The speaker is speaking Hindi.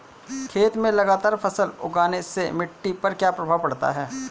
खेत में लगातार फसल उगाने से मिट्टी पर क्या प्रभाव पड़ता है?